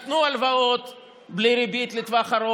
ואני משבח אותם על כך: נתנו הלוואות בלי ריבית לטווח ארוך,